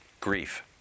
grief